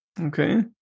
Okay